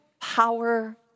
power